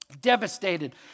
devastated